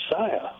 Messiah